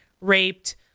raped